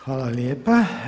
Hvala lijepa.